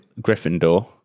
Gryffindor